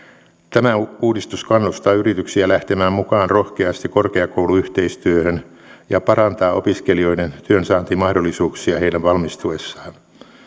tämä uudistus kannustaa yrityksiä lähtemään mukaan rohkeasti korkeakouluyhteistyöhön ja parantaa opiskelijoiden työnsaantimahdollisuuksia heidän valmistuessaan